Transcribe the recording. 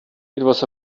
was